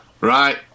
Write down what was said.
right